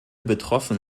betroffen